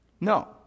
No